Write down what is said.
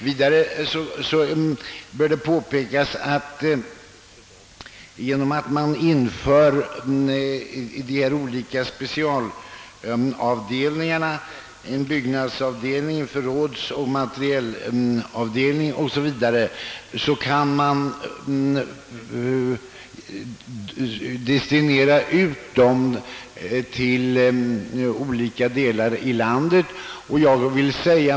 Vidare kan man genom att man inför olika specialavdelningar — en byggnadsavdelning, en förrådsavdelning, en materielavdelning 0. s. v. — förlägga mycken verksamhet till olika delar av landet.